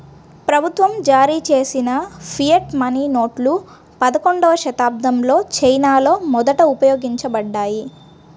ప్రభుత్వం జారీచేసిన fiat money నోట్లు పదకొండవ శతాబ్దంలో చైనాలో మొదట ఉపయోగించబడ్డాయి